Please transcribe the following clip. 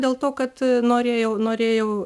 dėl to kad norėjau norėjau